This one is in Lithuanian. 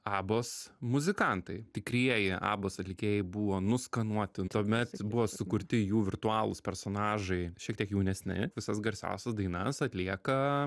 abos muzikantai tikrieji abos atlikėjai buvo nuskanuoti tuome buvo sukurti jų virtualūs personažai šiek tiek jaunesni visas garsiausias dainas atlieka